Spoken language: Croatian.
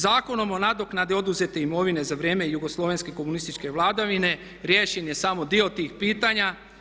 Zakonom o nadoknadi oduzete imovine za vrijeme jugoslovenske komunističke vladavine riješen je samo dio tih pitanja.